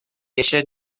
eisiau